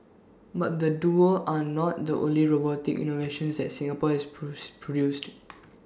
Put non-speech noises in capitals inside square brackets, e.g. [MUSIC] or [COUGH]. but the duo are not the only robotic innovations that Singapore has [UNINTELLIGIBLE] produced [NOISE]